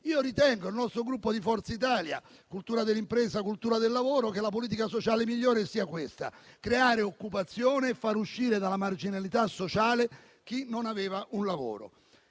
per cento. Il Gruppo Forza Italia, con la cultura dell'impresa e la cultura del lavoro, crede che la politica sociale migliore sia questa: creare occupazione e far uscire dalla marginalità sociale chi non aveva un lavoro.